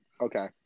Okay